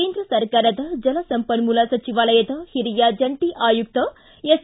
ಕೇಂದ್ರ ಸರ್ಕಾರದ ಜಲಸಂಪನ್ನೂಲ ಸಚವಾಲಯದ ಹಿರಿಯ ಜಂಟಿ ಆಯುಕ್ತ ಎಸ್